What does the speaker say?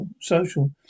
social